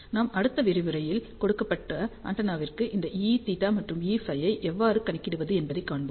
நாம் அடுத்த விரிவுரையில் கொடுக்கப்பட்ட ஆண்டெனாவிற்கு இந்த Eθ மற்றும் Eφ ஐ எவ்வாறு கணக்கிடுவது என்பதைக் காண்பிப்போம்